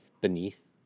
beneath